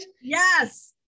Yes